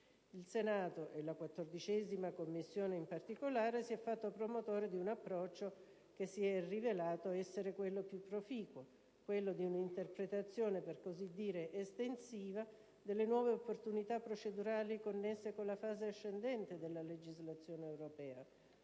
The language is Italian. Il Senato, e la 14ª Commissione in particolare, si è fatto promotore di un approccio che si è rivelato essere quello più proficuo: un'interpretazione per così dire estensiva delle nuove opportunità procedurali connesse con la fase ascendente della legislazione europea,